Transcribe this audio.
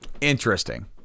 interesting